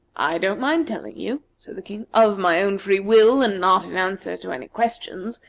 i don't mind telling you, said the king, of my own free will, and not in answer to any questions,